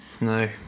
No